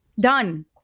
Done